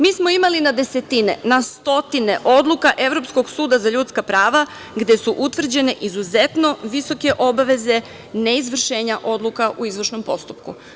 Mi smo imali na desetine, na stotine odluka Evropskog suda za ljudska prava gde su utvrđene izuzetno visoke obaveze neizvršenja odluka u izvršnom postupku.